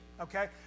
Okay